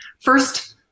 First